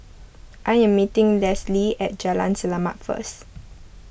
I am meeting Leslee at Jalan Selamat first